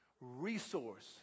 resource